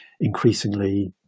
increasingly